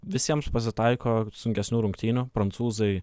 visiems pasitaiko sunkesnių rungtynių prancūzai